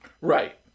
Right